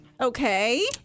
Okay